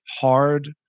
hard